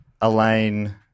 Elaine